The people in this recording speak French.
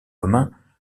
commun